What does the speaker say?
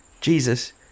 Jesus